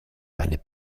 eine